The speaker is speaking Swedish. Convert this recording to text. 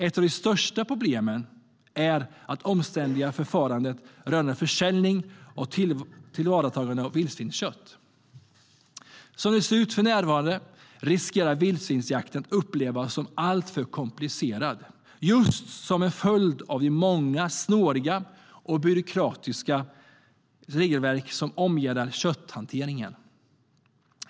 Ett av de största problemen är det omständliga förfarandet rörande försäljning och tillvaratagande av vildsvinskött. Som det ser ut för närvarande riskerar vildsvinsjakten att upplevas som alltför komplicerad, just som en följd av de många snåriga och byråkratiska regelverk som omgärdar kötthanteringen.